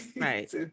Right